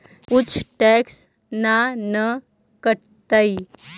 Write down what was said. कुछ टैक्स ना न कटतइ?